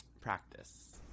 practice